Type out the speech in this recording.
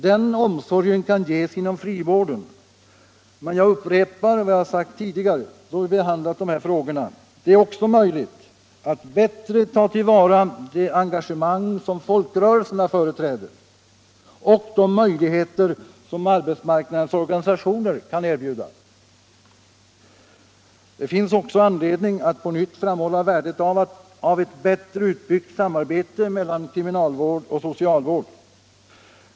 Den omsorgen kan ges inom frivården, men jag upprepar vad jag har sagt tidigare då vi behandlat dessa frågor, att det också är möjligt att bättre ta till vara det engagemang som folkrörelserna företräder och de möjligheter som arbetsmarknadens organisationer kan erbjuda. Det finns också anledning att på nytt framhålla värdet av ett bättre utbyggt samarbete mellan kriminalvård och socialvård.